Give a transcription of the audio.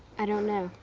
i don't know.